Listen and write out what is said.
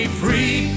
free